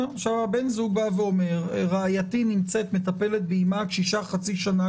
בן הזוג אומר: רעייתי מטפלת באימה הקשישה כבר חצי שנה